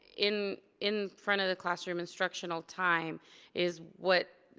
in in front of the classroom instructional time is what,